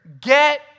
Get